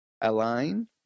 align